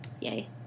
yay